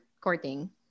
courting